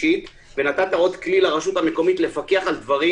נתת עוד כלי לרשות המקומית לפקח על דברים